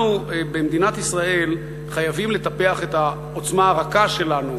אנחנו במדינת ישראל חייבים לטפח את העוצמה הרכה שלנו,